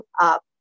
up